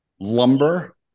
lumber